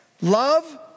love